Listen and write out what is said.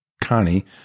Connie